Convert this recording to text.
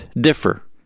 differ